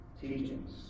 teachings